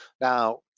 Now